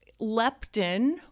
leptin